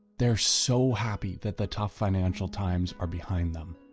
they're so happy that the tough financial times are behind them.